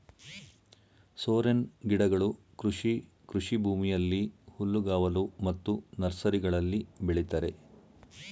ಸೋರೆನ್ ಗಿಡಗಳು ಕೃಷಿ ಕೃಷಿಭೂಮಿಯಲ್ಲಿ, ಹುಲ್ಲುಗಾವಲು ಮತ್ತು ನರ್ಸರಿಗಳಲ್ಲಿ ಬೆಳಿತರೆ